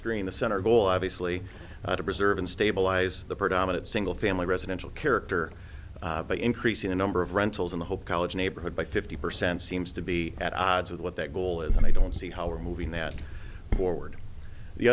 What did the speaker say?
screen the center goal obviously to preserve and stabilize the predominant single family residential character by increasing the number of rentals in the hope college neighborhood by fifty percent seems to be at odds with what that goal is and i don't see how we're moving that forward the